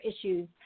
issues